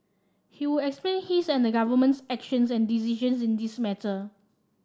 he will explain his and the government's actions and decisions in this matter